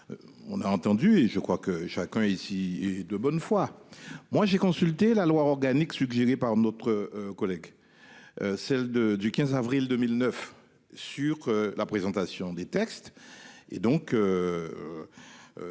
On a entendu et je crois que chacun ici est de bonne foi, moi j'ai consulté la loi organique suggéré par note. Collègues. Celle de du 15 avril 2009 sur la présentation des textes